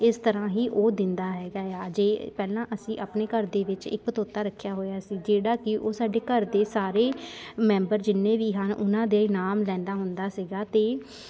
ਇਸ ਤਰ੍ਹਾਂ ਹੀ ਉਹ ਦਿੰਦਾ ਹੈਗਾ ਆ ਜੇ ਪਹਿਲਾਂ ਅਸੀਂ ਆਪਣੇ ਘਰ ਦੇ ਵਿੱਚ ਇੱਕ ਤੋਤਾ ਰੱਖਿਆ ਹੋਇਆ ਸੀ ਜਿਹੜਾ ਕਿ ਉਹ ਸਾਡੇ ਘਰ ਦੇ ਸਾਰੇ ਮੈਂਬਰ ਜਿੰਨੇ ਵੀ ਹਨ ਉਹਨਾਂ ਦੇ ਨਾਮ ਲੈਂਦਾ ਹੁੰਦਾ ਸੀਗਾ ਅਤੇ